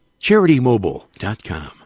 CharityMobile.com